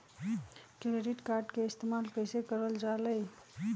Credit card के इस्तेमाल कईसे करल जा लई?